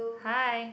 hi